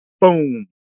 boom